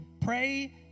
Pray